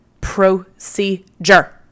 Procedure